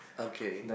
okay